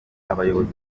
abayobozi